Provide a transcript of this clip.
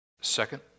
Second